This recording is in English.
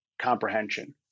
comprehension